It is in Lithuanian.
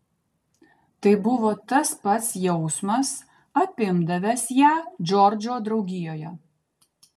tai buvo tas pats jausmas apimdavęs ją džordžo draugijoje